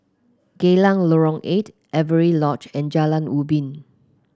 Geylang Lorong Eight Avery Lodge and Jalan Ubin